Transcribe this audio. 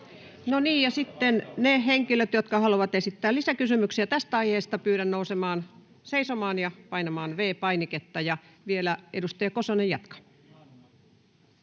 No niin, ja sitten niitä henkilöitä, jotka haluavat esittää lisäkysymyksiä tästä aiheesta, pyydän nousemaan seisomaan ja painamaan V-painiketta. — Vielä edustaja Kosonen jatkaa.